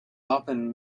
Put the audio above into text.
often